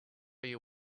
you